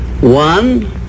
one